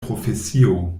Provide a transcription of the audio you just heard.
profesio